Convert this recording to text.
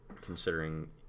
considering